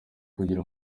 kugira